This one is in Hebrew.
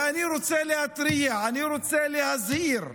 ואני רוצה להתריע, אני רוצה להזהיר.